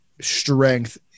strength